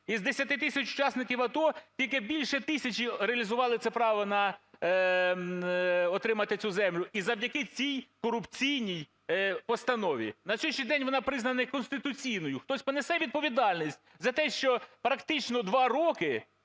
із 10 тисяч учасників АТО тільки більше тисячі реалізували це право отримати цю землю і завдяки цій корупційній постанові. На слідуючий день вона признана неконституційною. Хтось понесе відповідальність за те, що практично два роки